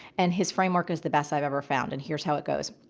and his framework is the best i've ever found and here's how it goes.